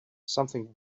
something